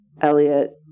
Elliot